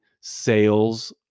sales